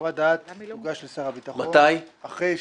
חוות הדעת תוגש לשר הביטחון אחרי --- מתי?